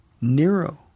Nero